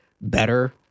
better